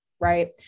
right